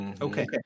Okay